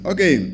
Okay